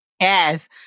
yes